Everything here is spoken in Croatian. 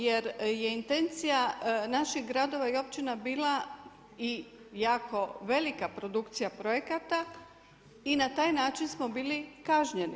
Jer je intencija naših gradova i općina bila i jako velika produkcija projekata i na taj način smo bili kažnjeni.